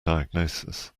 diagnosis